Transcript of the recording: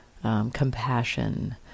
compassion